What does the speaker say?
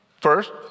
First